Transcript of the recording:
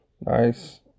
Nice